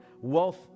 wealth